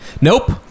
Nope